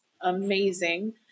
amazing